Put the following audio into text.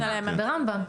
ברמב"ם.